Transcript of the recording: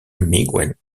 miguel